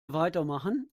weitermachen